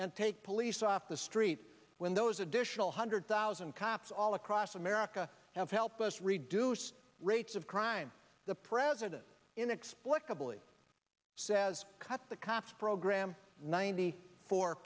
and take police off the street when those additional hundred thousand cops all across america have helped us reduce rates of crime the president inexplicably says cut the cops program ninety four